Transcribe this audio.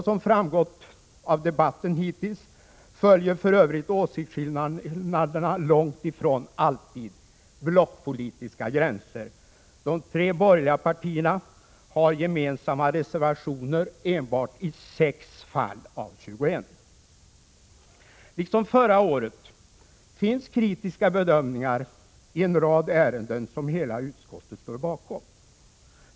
Som framgått av debatten hittills följer för övrigt åsiktsskillnaderna långt ifrån alltid blockpolitiska gränser. De tre borgerliga partierna har gemensamma reservationer enbart i 6 fall av 21. Liksom förra året finns kritiska bedömningar i en rad ärenden som hela utskottet står bakom.